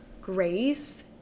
grace